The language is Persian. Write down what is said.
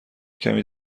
کمی